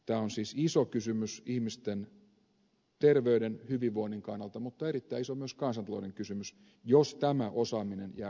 tämä on siis iso kysymys ihmisten terveyden hyvinvoinnin kannalta mutta myös erittäin iso kansantalouden kysymys jos tämä osaaminen jää kokonaan pois